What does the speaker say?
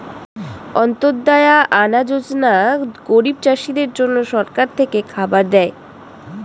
অন্ত্যদায়া আনা যোজনা গরিব চাষীদের জন্য সরকার থেকে খাবার দেয়